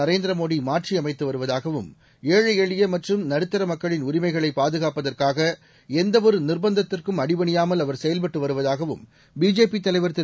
நரேந்திர மோடி மாற்றியமைத்து வருவதாகவும் ஏழை எளிய மற்றும் நடுத்தர மக்களின் உரிமைகளை பாதுகாப்பதற்காக எந்தவொரு நிர்பந்தத்திற்கும் அடிபணியாமல் அவர் செயல்பட்டு வருவதாகவும் பிஜேபி தலைவர் திரு